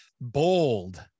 bold